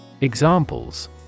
Examples